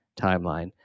timeline